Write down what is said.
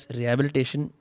rehabilitation